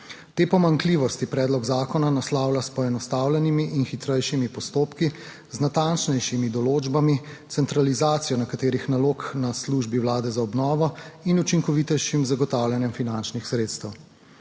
Te pomanjkljivosti predlog zakona naslavlja s poenostavljenimi in hitrejšimi postopki, z natančnejšimi določbami, centralizacijo nekaterih nalog na Službi Vlade za obnovo in učinkovitejšim zagotavljanje finančnih sredstev.